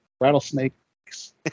Rattlesnakes